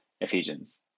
Ephesians